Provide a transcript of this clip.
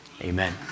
Amen